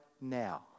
now